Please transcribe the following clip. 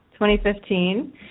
2015